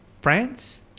France